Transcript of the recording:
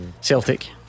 Celtic